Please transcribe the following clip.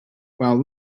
while